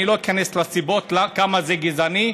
אני לא איכנס לסיבות כמה זה גזעני,